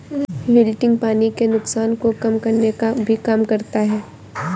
wilting पानी के नुकसान को कम करने का भी काम करता है